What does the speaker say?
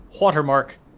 Watermark